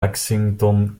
lexington